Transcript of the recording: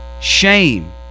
shame